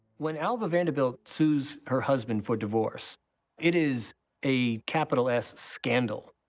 when alva vanderbilt sues her husband for divorce it is a capital s scandal.